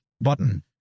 Button